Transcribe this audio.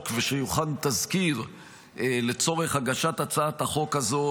והוכן תזכיר לצורך הגשת הצעת החוק הזו,